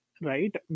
right